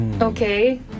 Okay